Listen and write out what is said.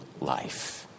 life